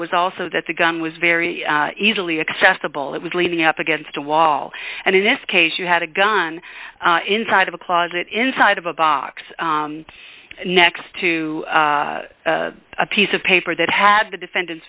was also that the gun was very easily accessible it was leaning up against a wall and in this case you had a gun inside of a closet inside of a box next to a piece of paper that had the defendant